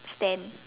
stand